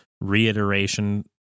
reiteration